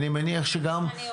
גם אני אומרת.